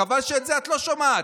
חבל שאת זה את לא שומעת,